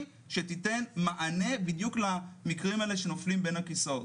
שתיתן מענה בדיוק למקרים האלה שנופלים בין הכיסאות.